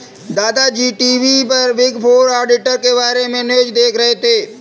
दादा जी टी.वी पर बिग फोर ऑडिटर के बारे में न्यूज़ देख रहे थे